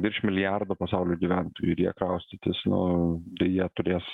virš milijardo pasaulio gyventojų ir jie kraustytis nu tai jie turės